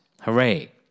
Hooray